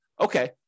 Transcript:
okay